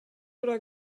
oder